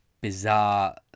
bizarre